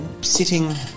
sitting